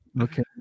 okay